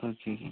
okay